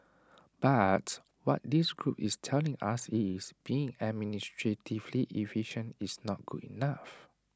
but what this group is telling us is being administratively efficient is not good enough